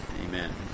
Amen